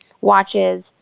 watches